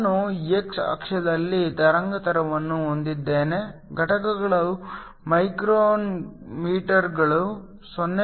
ನಾನು x ಅಕ್ಷದಲ್ಲಿ ತರಂಗಾಂತರವನ್ನು ಹೊಂದಿದ್ದೇನೆ ಘಟಕಗಳು ಮೈಕ್ರೊಮೀಟರ್ಗಳು 0